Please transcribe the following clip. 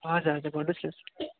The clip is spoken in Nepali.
हजुर हजुर भन्नुहोस् न